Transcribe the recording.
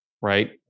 Right